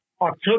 October